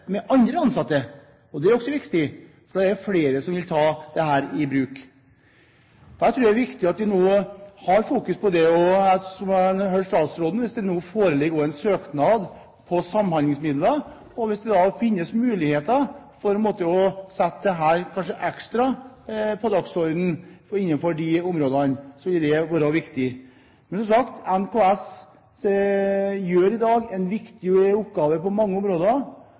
med andre ansatte. Det er også viktig, for da er det flere som vil ta dette i bruk. Jeg tror det er viktig at vi nå har fokus på det, og som jeg hørte statsråden sa, hvis det nå også foreligger en søknad om samhandlingsmidler, og hvis det finnes muligheter til å sette dette ekstra på dagsordenen innenfor de områdene, så ville det vært viktig. Men som sagt, NKS gjør i dag et viktig arbeid på mange områder,